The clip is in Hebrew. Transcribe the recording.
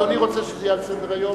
אדוני רוצה שזה יהיה על סדר-היום?